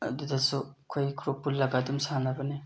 ꯑꯗꯨꯗꯁꯨ ꯑꯩꯈꯣꯏ ꯒ꯭ꯔꯨꯞ ꯄꯨꯜꯂꯒ ꯑꯗꯨꯝ ꯁꯥꯟꯅꯕꯅꯤ